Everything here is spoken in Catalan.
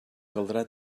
caldrà